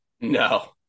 No